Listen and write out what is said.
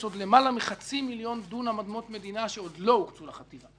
יש עוד למעלה מחצי מיליון דונם אדמות מדינה שעוד לא הוקצו לחטיבה.